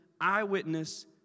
eyewitness